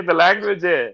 language